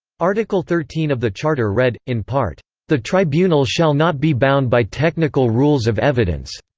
article thirteen of the charter read, in part the tribunal shall not be bound by technical rules of evidence.